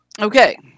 Okay